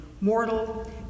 Mortal